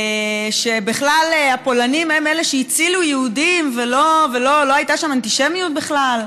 שבכלל הפולנים הם אלה שהצילו יהודים ולא הייתה שם אנטישמיות בכלל.